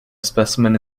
specimen